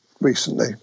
recently